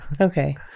Okay